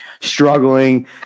Struggling